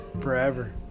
Forever